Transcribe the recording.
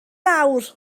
awr